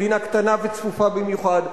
מדינה קטנה וצפופה במיוחד.